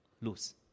lose